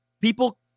people